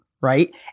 right